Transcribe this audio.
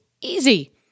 easy